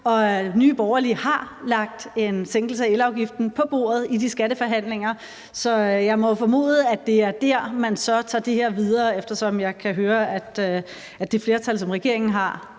Nye Borgerlige har lagt en sænkelse af elafgiften på bordet i de skatteforhandlinger. Så jeg må jo formode, at det er der, man så tager det her videre, eftersom jeg kan høre, at det flertal, som regeringen har,